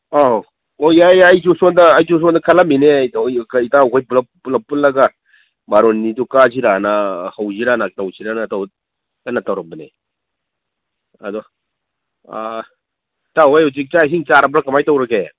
ꯑꯧ ꯑꯣ ꯌꯥꯏ ꯌꯥꯏ ꯑꯩꯁꯨ ꯁꯣꯝꯗ ꯑꯩꯁꯨ ꯁꯣꯝꯗ ꯈꯜꯂꯝꯃꯤꯅꯦ ꯏꯇꯥꯎꯈꯣꯏ ꯄꯨꯂꯞ ꯄꯨꯂꯞ ꯄꯨꯜꯂꯒ ꯕꯥꯔꯨꯅꯤꯗꯨ ꯀꯥꯁꯤꯔꯥꯅ ꯍꯧꯁꯤꯔꯥꯅ ꯇꯧꯁꯤꯔꯥꯅ ꯀꯟꯅ ꯇꯧꯔꯝꯕꯅꯤ ꯑꯗꯣ ꯏꯇꯥꯎꯍꯣꯏ ꯍꯧꯖꯤꯛ ꯆꯥꯛ ꯏꯁꯤꯡ ꯆꯥꯔꯕ꯭ꯔ ꯀꯃꯥꯏ ꯇꯧꯔꯒꯦ